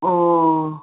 ꯑꯣ